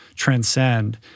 Transcend